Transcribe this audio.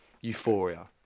Euphoria